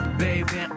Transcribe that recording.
baby